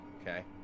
Okay